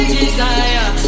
desire